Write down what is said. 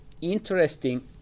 interesting